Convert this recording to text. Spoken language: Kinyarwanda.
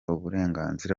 uburenganzira